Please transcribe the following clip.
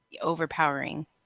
overpowering